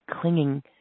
clinging